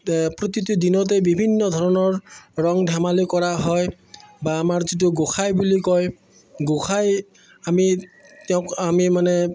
প্ৰতিটো দিনতে বিভিন্ন ধৰণৰ ৰং ধেমালি কৰা হয় বা আমাৰ যিটো গোঁসাই বুলি কয় গোঁসাই আমি তেওঁক আমি মানে